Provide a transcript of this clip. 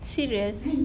serious